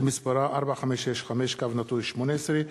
שמספרה פ/4565/18.